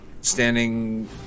standing